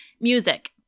Music